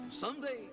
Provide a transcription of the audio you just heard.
Someday